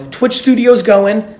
twitch studio's going,